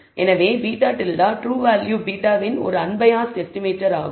எனவே β̂ true value β வின் ஒரு அன்பயாஸ்ட் எஸ்டிமேட்டர் ஆகும்